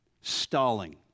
Stalling